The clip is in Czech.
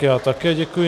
Já také děkuji.